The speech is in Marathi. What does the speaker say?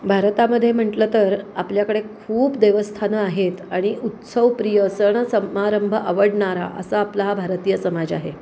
भारतामध्ये म्हटलं तर आपल्याकडे खूप देवस्थानं आहेत आणि उत्सवप्रिय सण समारंभ आवडणारा असा आपला हा भारतीय समाज आहे